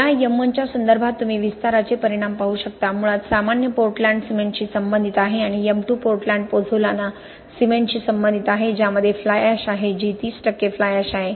या M1 च्या संदर्भात तुम्ही विस्ताराचे परिणाम पाहू शकता मुळात सामान्य पोर्टलँड सिमेंटशी संबंधित आहे आणि M2 पोर्टलँड पोझोलाना सिमेंटशी संबंधित आहे ज्यामध्ये फ्लाय ऍश आहे जी 30 टक्के फ्लाय ऍश आहे